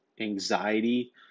anxiety